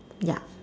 ya